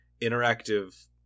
interactive